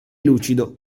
lucido